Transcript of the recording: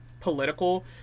political